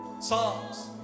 songs